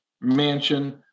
mansion